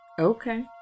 Okay